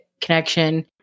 connection